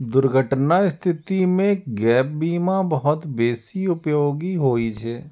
दुर्घटनाक स्थिति मे गैप बीमा बहुत बेसी उपयोगी होइ छै